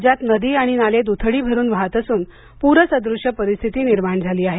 राज्यात नदी आणि नाले दुथडी भरून वाहत असून पूर सदूश परिस्थिती निर्माण झाली आहे